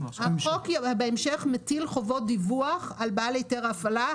החוק מטיל בהמשך חובות דיווח על בעל היתר ההפעלה.